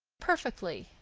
perfectly.